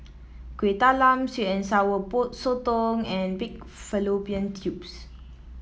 Kuih Talam sweet and Sour Sotong and Pig Fallopian Tubes